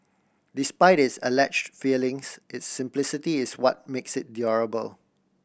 despite its allege failings its simplicity is what makes it durable